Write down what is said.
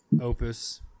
opus